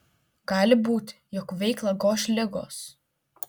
gali būti jog veiklą goš ligos